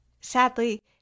Sadly